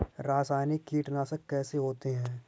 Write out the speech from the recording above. रासायनिक कीटनाशक कैसे होते हैं?